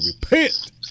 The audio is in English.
repent